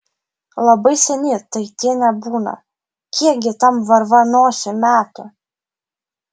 labai seni tai tie nebūna kiekgi tam varvanosiui metų